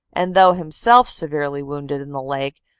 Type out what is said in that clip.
and though himself severely wounded in the leg,